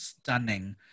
stunning